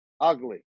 ugly